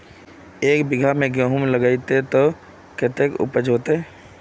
एक बिगहा में गेहूम लगाइबे ते कते उपज होते?